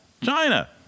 China